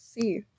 see